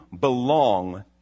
belong